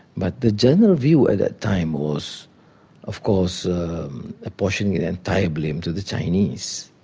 but the general view at that time was of course apportioning the entire blame to the chinese.